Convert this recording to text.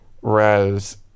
Whereas